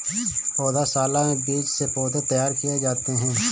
पौधशाला में बीज से पौधे तैयार किए जाते हैं